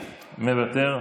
מוותר.